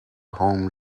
home